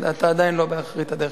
אתה עדיין לא באחרית הדרך.